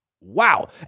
wow